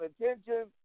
attention